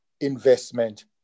investment